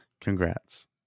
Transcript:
Congrats